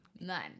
None